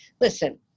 Listen